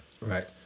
right